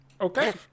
Okay